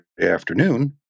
afternoon